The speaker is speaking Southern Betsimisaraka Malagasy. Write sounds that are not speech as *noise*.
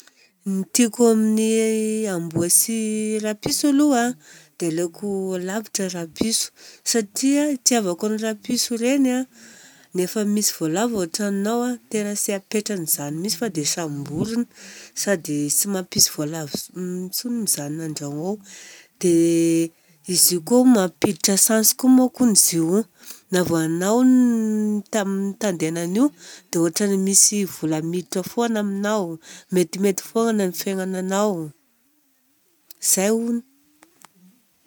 Ny tiako amin'ny amboa sy rapiso aloha a dia aleoko lavitra rapiso satria itiavako ny rapiso ireny a, rehefa misy voalavo an-tranonao a, tena tsy apetrany izany mintsy fa tonga dia samboriny, sady tsy mampisy voalavo intsony *hesitation* mijanona an-dragno ao. Dia izy io koa mampiditra chance koa manko hono izy io. Na vao anao *hesitation* mitandena an'io dia ohatra misy vola miditra foana aminao, metimety foana ny fiaignananao, izay hono.